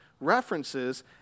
references